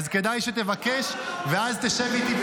אז כדאי שתבקש ואז תשב איתי.